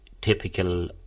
typical